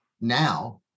now